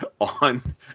on